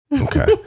Okay